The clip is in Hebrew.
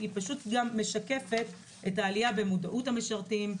אלא משקפת גם את העלייה במודעות המשרתים.